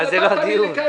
אתה יודע מה, יכול להיות.